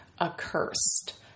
accursed